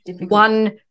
one